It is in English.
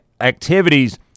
activities